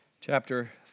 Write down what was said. chapter